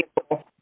people